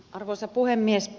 arvoisa puhemies